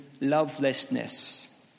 lovelessness